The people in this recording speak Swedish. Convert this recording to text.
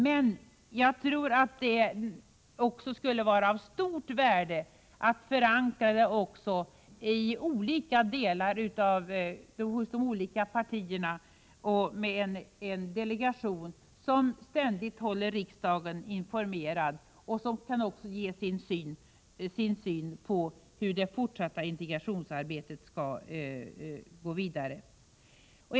Men jag tror att det också skulle vara av stort värde att i olika delar förankra arbetet hos de olika partierna genom en delegation som ständigt håller riksdagen informerad och som kan ge sin syn på hur det fortsatta integrationsarbetet skall bedrivas.